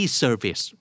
service